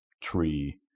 tree